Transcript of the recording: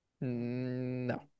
No